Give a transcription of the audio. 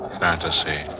fantasy